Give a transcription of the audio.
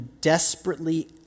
desperately